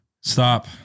Stop